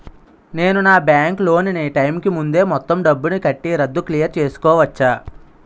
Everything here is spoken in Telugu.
నేను నా బ్యాంక్ లోన్ నీ టైం కీ ముందే మొత్తం డబ్బుని కట్టి రద్దు క్లియర్ చేసుకోవచ్చా?